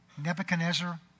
Nebuchadnezzar